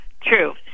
true